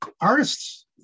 artists